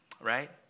right